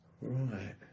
Right